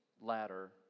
ladder